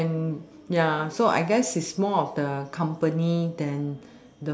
and ya so I guess it's more of the company than